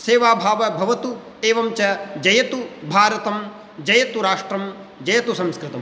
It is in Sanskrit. सेवाभावः भवतु एवञ्च जयतु भारतं जयतु राष्ट्रं जयतु संस्कृतम्